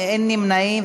מתנגדים, אין נמנעים.